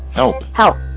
oh, how.